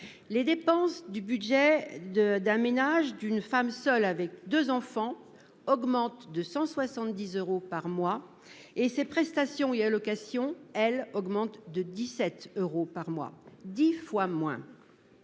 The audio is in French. Les dépenses du budget de d'un ménage d'une femme seule avec 2 enfants augmente de 170 euros par mois et ses prestations et allocations, elles augmentent de 17 euros par mois, 10 fois moins.